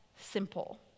simple